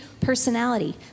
personality